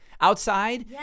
Outside